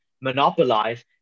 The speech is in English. monopolize